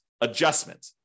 adjustment